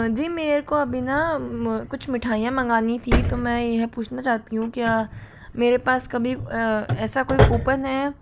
जी मेरे को अभी ना कुछ मिठाइयाँ मंगानी थी तो मैं यह पूछना चाहती हूँ क्या मेरे पास कभी ऐसा कोई कूपन है